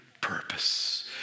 purpose